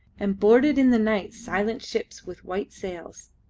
and boarded in the night silent ships with white sails.